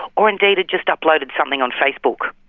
or indeed had just uploaded something on facebook.